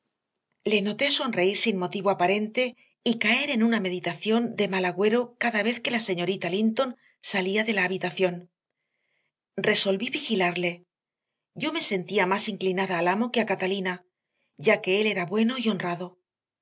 le noté sonreír sin motivo aparente y caer en una meditación de mal agüero cada vez que la señora linton salía de la habitación resolví vigilarle yo me sentía más inclinada al amo que a catalina ya que él era bueno y honrado